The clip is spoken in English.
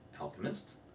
Alchemist